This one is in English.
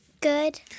Good